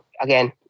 again